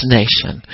nation